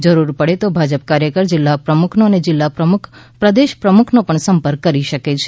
જરૂર પડે તો ભાજપ કાર્યકર જિલ્લા પ્રમુખનો અને જિલ્લા પ્રમુખ પ્રદેશ પ્રમુખનો પણ સંપર્ક કરી શકે છે